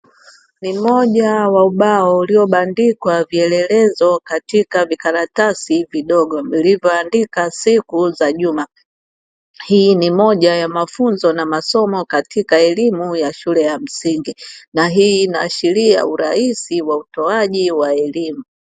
Ni moja wa ubao uliobandikwa vielelezo katika vikaratasi vidogo vilivoandika siku za juma. Hii ni moja ya mafunzo na masomo katika elimu ya shule ya msingi na hii inaashiria urahisi wa utoaji wa elimu.